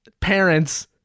parents